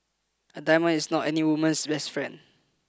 a diamond is not any woman's best friend